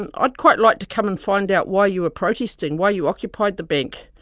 and ah i'd quite like to come and find out why you were protesting, why you occupied the bank.